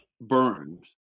burned